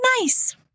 nice